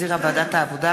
שהחזירה ועדת העבודה,